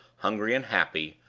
hungry and happy,